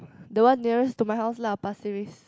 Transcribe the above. the one nearest to my house lah Pasir Ris